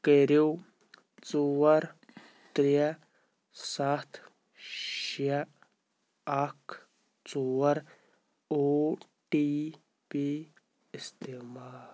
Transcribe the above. کٔرِو ژور ترٛےٚ سَتھ شےٚ اَکھ ژور او ٹی پی استعمال